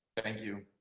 thank you,